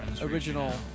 original